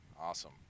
Awesome